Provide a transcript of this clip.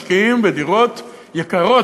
משקיעים בדירות יקרות,